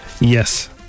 Yes